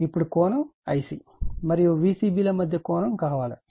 ఇప్పుడు కోణం Ic మరియు Vcb మధ్య కోణం కావాలి